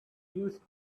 used